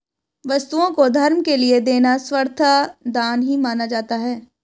वस्तुओं को धर्म के लिये देना सर्वथा दान ही माना जाता है